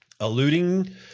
Alluding